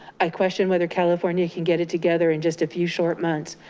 i question whether california can get it together in just a few short months,